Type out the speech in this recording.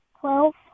Twelve